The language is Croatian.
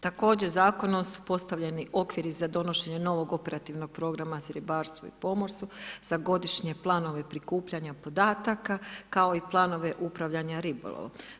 Također, zakonom su postavljeni okviri za donošenje novog operativnog programa za ribarstva i pomorstvo, za godišnje planove prikupljanja podataka, kao i planove upravljanje ribolovom.